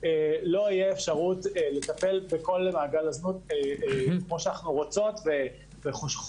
לא תהיה אפשרות לטפל בכל מעגל הזנות כמו שאנחנו רוצות וחולמות.